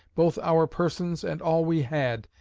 both our persons, and all we had,